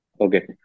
Okay